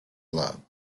love